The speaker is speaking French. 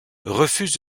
refuse